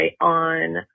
on